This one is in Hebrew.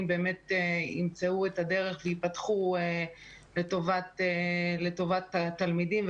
באמת ימצאו את הדרך וייפתחו לטובת התלמידים,